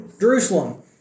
Jerusalem